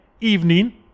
evening